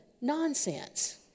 nonsense